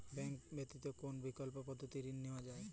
Bank ব্যতিত কোন বিকল্প পদ্ধতিতে ঋণ নেওয়া যায়?